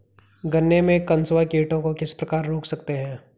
गन्ने में कंसुआ कीटों को किस प्रकार रोक सकते हैं?